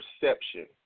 perception